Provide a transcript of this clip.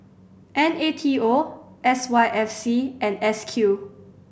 N A T O S Y F C and S Q